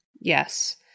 Yes